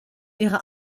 ihrer